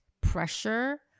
pressure